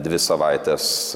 dvi savaites